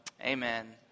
Amen